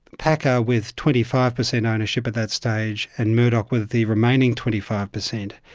packer with twenty five percent ownership at that stage, and murdoch with the remaining twenty five percent.